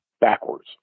backwards